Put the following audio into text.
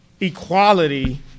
Equality